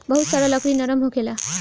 बहुत सारा लकड़ी नरम होखेला